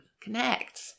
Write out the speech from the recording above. Connect